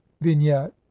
vignette